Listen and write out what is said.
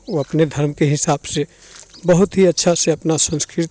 वो अपने धर्म के हिसाब से बहुत ही अच्छा से अपना संस्कृति